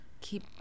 keep